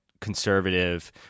conservative